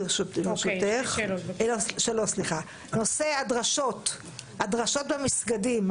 בנושא הדרשות במסגדים,